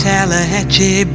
Tallahatchie